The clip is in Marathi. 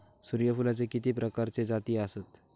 सूर्यफूलाचे किती प्रकारचे जाती आसत?